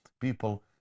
people